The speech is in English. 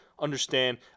understand